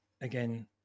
again